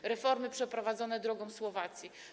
To reformy przeprowadzone drogą Słowacji.